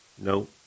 No